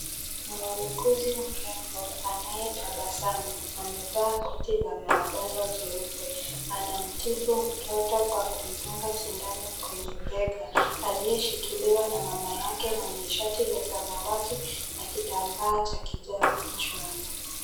Muuguzi mrembo, anayetabasamu, amevaa koti la maabara jeupe na anamtibu mtoto kwa kumdunga sindano kwenye bega aliyeshikiliwa na mama yake mwenye shati la samawati na kitambaa cha kijani kichwani.